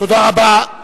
תודה רבה.